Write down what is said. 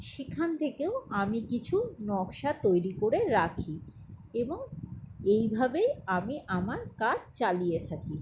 সেখান থেকেও আমি কিছু নকশা তৈরি করে রাখি এবং এই ভাবেই আমি আমার কাজ চালিয়ে থাকি